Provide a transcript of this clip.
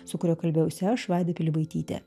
su kuriuo kalbėjausi aš vaida pilibaitytė